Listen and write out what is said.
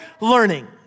learning